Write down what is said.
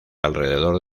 alrededor